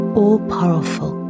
all-powerful